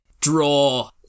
Draw